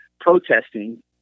protesting